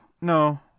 no